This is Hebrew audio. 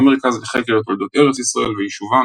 המרכז לחקר תולדות ארץ ישראל ויישובה